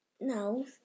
No